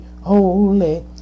holy